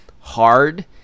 Hard